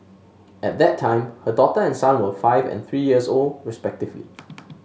at that time her daughter and son were five and three years old respectively